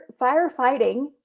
firefighting